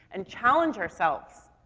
and challenge ourselves.